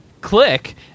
click